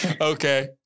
Okay